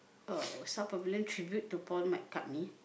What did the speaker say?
uh tribute to Paul-McCartney